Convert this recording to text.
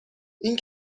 این